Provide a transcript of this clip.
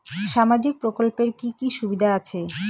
সামাজিক প্রকল্পের কি কি সুবিধা আছে?